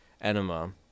enema